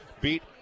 beat